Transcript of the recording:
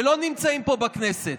שלא נמצאים פה בכנסת.